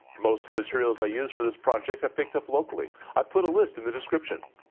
most of materials i used for this project i picked up locally. i've put a list in the description.